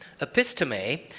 Episteme